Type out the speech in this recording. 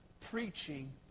preaching